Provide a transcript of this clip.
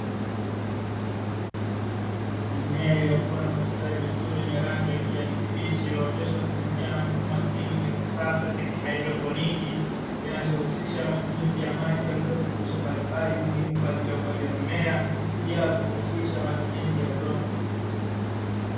Mimea iliyokuwa na kustawi vizuri yemye rangi ya kijani kibichi iliyooteshwa kupitia mfumo wa hydroponiki kinachohusisha matumizi ya maji yaliyo mbalimbali muhimu kwa ajili ya ukuaji wa mimea bila kuhusisha matumizi ya udongo.